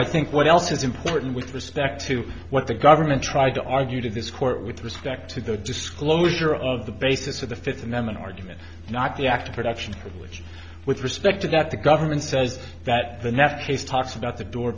i think what else is important with respect to what the government tried to argue to this court with respect to the disclosure of the basis of the fifth and then argument not the act of production which with respect to that the government says that the next case talks about the door